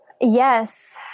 Yes